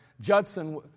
Judson